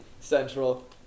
Central